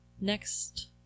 next